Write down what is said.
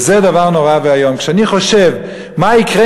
וזה דבר נורא ואיום כשאני חושב מה יקרה